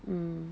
mm